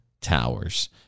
Towers